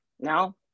No